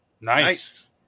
Nice